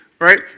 right